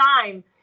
time